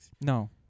no